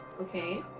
Okay